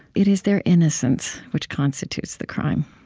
it is their innocence which constitutes the crime,